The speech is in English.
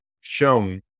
shown